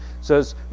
says